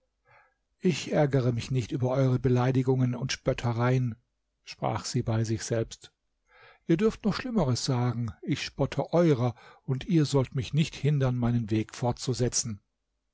ich ärgere mich nicht über eure beleidigungen und spöttereien sprach sie bei sich selbst ihr dürft noch schlimmeres sagen ich spotte eurer und ihr sollt mich nicht hindern meinen weg fortzusetzen